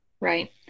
Right